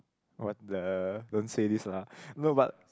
what the don't say this lah no but